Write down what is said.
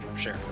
sure